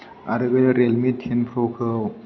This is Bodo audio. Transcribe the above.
आरो बे रेलमि टेन प्रखौ